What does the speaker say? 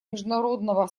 международного